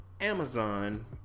Amazon